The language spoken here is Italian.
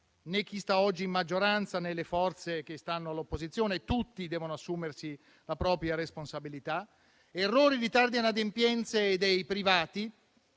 né chi sta oggi in maggioranza né le forze che stanno all'opposizione. Tutti devono assumersi la propria responsabilità. Errori, ritardi e inadempienze dei privati,